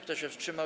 Kto się wstrzymał?